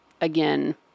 Again